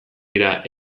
dira